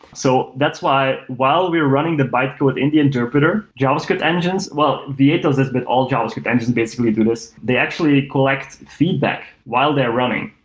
so that's why while we're running the bytecode in the interpreter, javascript engines well, v eight does this, but all javascript engines basically do this. they actually collect feedback while they're running.